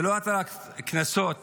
זה לא הטלת קנסות